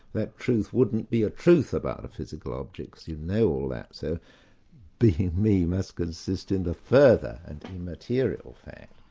that truth wouldn't be a truth about a physical object you know all that so being me must consist in the further and immaterial fact.